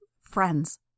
friends